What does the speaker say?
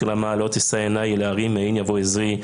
"שיר למעלות: אשא עיני אל ההרים, מאין יבא עזרי.